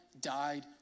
died